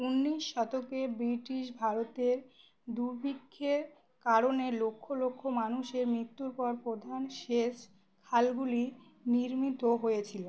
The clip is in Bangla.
উনিশ শতকে ব্রিটিশ ভারতের দুর্ভিক্ষের কারণে লক্ষ লক্ষ মানুষের মৃত্যুর পর প্রধান সেচ খালগুলি নির্মিত হয়েছিলো